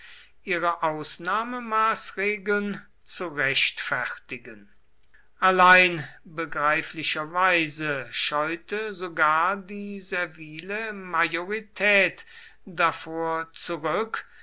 ihre ausnahmemaßregeln zu rechtfertigen allein begreiflicherweise scheute sogar die servile majorität davor zurück